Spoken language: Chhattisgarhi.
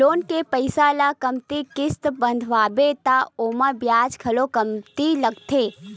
लोन के पइसा ल कमती किस्त बंधवाबे त ओमा बियाज घलो कमती लागथे